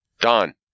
Don